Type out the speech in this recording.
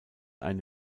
eine